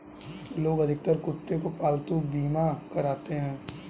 लोग अधिकतर कुत्ते का पालतू बीमा कराते हैं